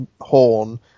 horn